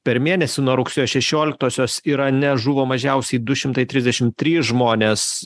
per mėnesį nuo rugsėjo šešioliktosios irane žuvo mažiausiai du šimtai trisdešim trys žmonės